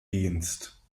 dienst